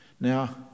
Now